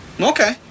Okay